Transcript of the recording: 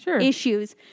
issues